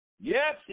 Yes